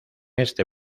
este